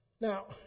Now